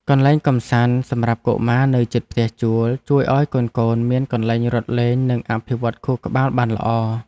កន្លែងកម្សាន្តសម្រាប់កុមារនៅជិតផ្ទះជួលជួយឱ្យកូនៗមានកន្លែងរត់លេងនិងអភិវឌ្ឍខួរក្បាលបានល្អ។